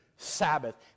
sabbath